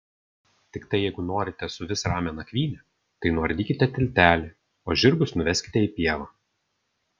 tiktai jeigu norite suvis ramią nakvynę tai nuardykite tiltelį o žirgus nuveskite į pievą